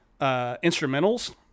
instrumentals